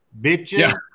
Bitches